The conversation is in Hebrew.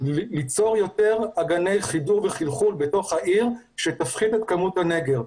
ליצור יותר אגני חיבור וחלחול בתוך העיר וזה יפחית את כמות הנגר.